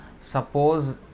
suppose